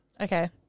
Okay